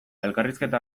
elkarrizketa